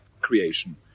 creation